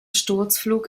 sturzflug